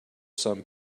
some